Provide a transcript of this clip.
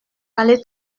aller